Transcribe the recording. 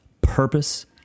purpose